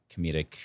comedic